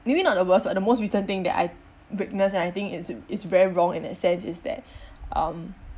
maybe not the worst but the most recent thing that I've witnessed and I think it's it's very wrong in that sense is that um